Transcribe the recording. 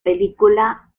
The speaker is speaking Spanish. película